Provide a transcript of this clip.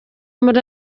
muri